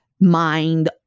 mind